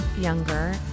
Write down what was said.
younger